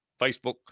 Facebook